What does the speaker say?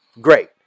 Great